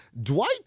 Dwight